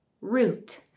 root